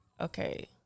Okay